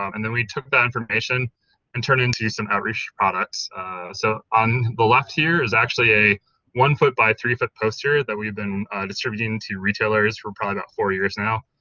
um and then we took that information and turned into some outreach products so on the left here is actually a one foot by three foot poster that we've been distributing to retailers for probably about four years now,